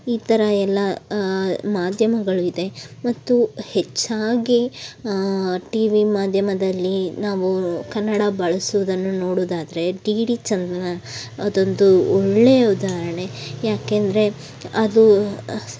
ಈ ಥರ ಎಲ್ಲ ಮಾಧ್ಯಮಗಳು ಇದೆ ಮತ್ತು ಹೆಚ್ಚಾಗಿ ಟಿ ವಿ ಮಾಧ್ಯಮದಲ್ಲಿ ನಾವು ಕನ್ನಡ ಬಳಸೋದನ್ನು ನೋಡುವುದಾದ್ರೆ ಡಿ ಡಿ ಚಂದನ ಅದೊಂದು ಒಳ್ಳೆಯ ಉದಾಹರಣೆ ಏಕೆಂದ್ರೆ ಅದು